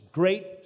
great